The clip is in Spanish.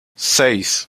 seis